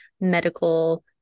medical